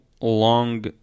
long